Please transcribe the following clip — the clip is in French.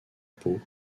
peau